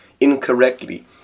incorrectly